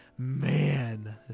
Man